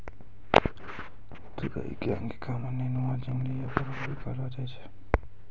तुरई कॅ अंगिका मॅ नेनुआ, झिंगली या परोल भी कहलो जाय छै